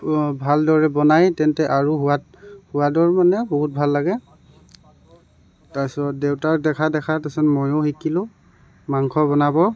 ভালদৰে বনায় তেন্তে আৰু সোৱাদ সোৱাদো মানে বহুত ভাল লাগে তাৰপিছত দেউতাক দেখা দেখাই তাৰপিছত ময়ো শিকিলোঁ মাংস বনাব